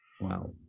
Wow